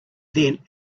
then